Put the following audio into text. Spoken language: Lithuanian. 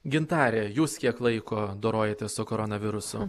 gintare jūs kiek laiko dorojatės su koronavirusu